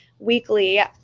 weekly